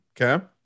okay